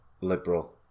liberal